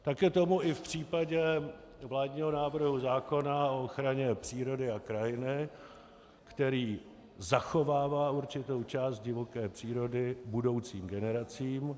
Tak je tomu i v případě vládního návrhu zákona o ochraně přírody a krajiny, který zachovává určitou část divoké přírody budoucím generacím.